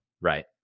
right